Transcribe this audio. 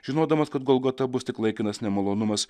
žinodamas kad golgota bus tik laikinas nemalonumas